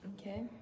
Okay